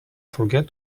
forget